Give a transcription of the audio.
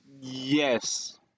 Yes